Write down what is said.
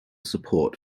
support